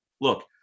look